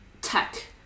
tech